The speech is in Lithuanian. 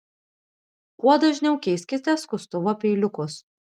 kuo dažniau keiskite skustuvo peiliukus